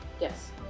Yes